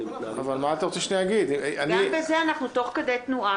מתנהלים --- גם בזה אנחנו תוך כדי תנועה.